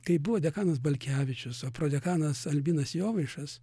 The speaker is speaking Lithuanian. kaip buvo dekanas balkevičius o prodekanas albinas jovaišas